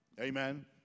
Amen